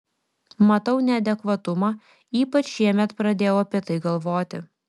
matau neadekvatumą ypač šiemet pradėjau apie tai galvoti